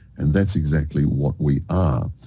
and that's exactly what we ah